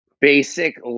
Basic